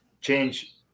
change